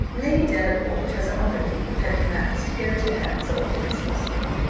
lady delacour has honoured me with her commands to go to her as often as possible.